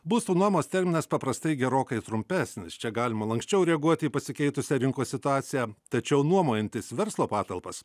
būstų nuomos terminas paprastai gerokai trumpesnis čia galima lanksčiau reaguoti į pasikeitusią rinkos situaciją tačiau nuomojantis verslo patalpas